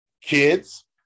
kids